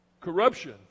Corruption